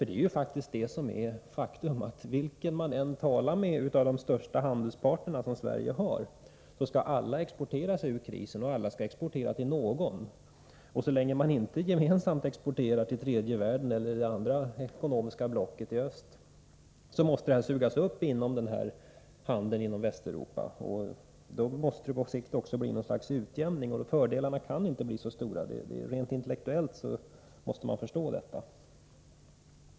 Det är ju ett faktum att vilken man än talar med av de största handelspartner som Sverige har, så skall alla exportera sig ur krisen, och alla skall exportera till någon. Så länge man inte gemensamt exporterar till tredje världen eller till det andra ekonomiska blocket, i öst, måste exporten alltså sugas upp i handeln inom Västeuropa. Då måste det på sikt också bli något slags utjämning, och fördelarna kan inte bli så stora. Rent intellektuellt måste man förstå detta.